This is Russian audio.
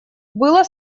было